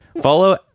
Follow